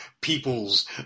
peoples